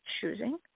choosing